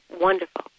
wonderful